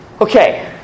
Okay